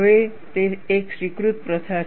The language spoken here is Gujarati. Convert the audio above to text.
હવે તે એક સ્વીકૃત પ્રથા છે